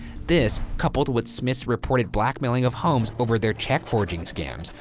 this coupled with smith's reportedly blackmailing of holmes over their check forging scams,